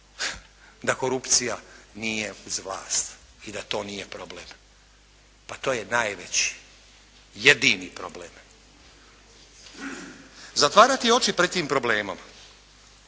da korupcija nije uz vlast i da to nije problem. Pa to je najveći, jedini problem. Zatvarati oči pred tim problemom